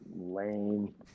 Lame